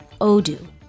Odoo